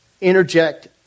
interject